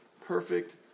perfect